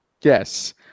Yes